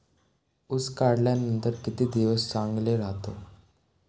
ऊस काढल्यानंतर किती दिवस चांगला राहतो?